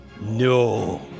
No